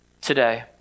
today